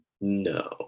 No